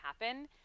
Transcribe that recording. happen